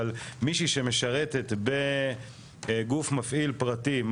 אבל מישהו שמשרתת בגוף מפעיל פרטי,